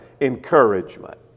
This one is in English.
encouragement